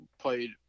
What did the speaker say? played